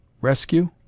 Rescue